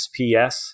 XPS